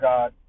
God